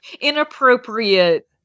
inappropriate